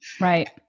Right